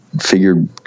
figured